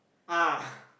ah